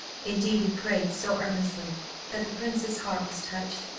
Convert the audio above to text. indeed, he prayed so earnestly that the prince's heart was touched,